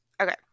okay